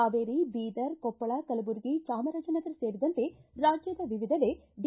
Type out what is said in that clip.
ಹಾವೇರಿ ಬೀದರ್ ಕೊಪ್ಪಳ ಕಲಬುರಗಿ ಚಾಮರಾಜನಗರ ಸೇರಿದಂತೆ ರಾಜ್ಜದ ವಿವಿಧೆಡೆ ಡಿ